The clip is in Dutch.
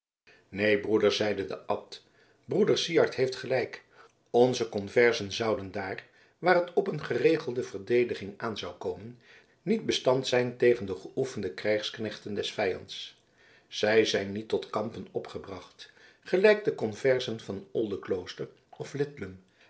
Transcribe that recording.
neen broeder zeide de abt broeder syard heeft gelijk onze conversen zouden daar waar het op een geregelde verdediging aan zou komen niet bestand zijn tegen de geoefende krijgsknechten des vijands zij zijn niet tot kampen opgebracht gelijk de conversen van oldeklooster of lidlum